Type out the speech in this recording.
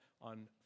on